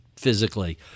Physically